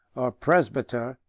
or presbyter,